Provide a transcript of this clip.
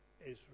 Israel